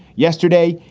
yesterday,